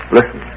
Listen